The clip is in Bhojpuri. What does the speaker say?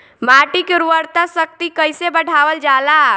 माटी के उर्वता शक्ति कइसे बढ़ावल जाला?